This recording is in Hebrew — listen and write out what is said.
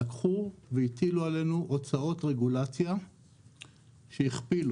לקחו והטילו עלינו הוצאות רגולציה שהכפילו